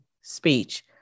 speech